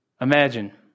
Imagine